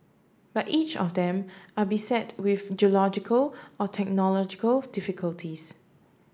but each of them are beset with geological or technological difficulties